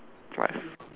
right